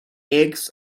eggs